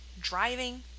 driving